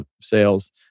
sales